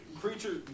creature